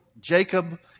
Jacob